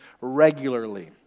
regularly